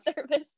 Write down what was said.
service